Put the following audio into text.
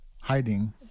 hiding